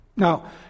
Now